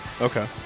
Okay